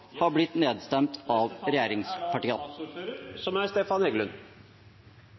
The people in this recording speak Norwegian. har blitt nedstemt av regjeringspartiene. De talere som